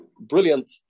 brilliant